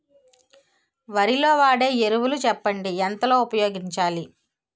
వరిలో వాడే ఎరువులు చెప్పండి? ఎంత లో ఉపయోగించాలీ?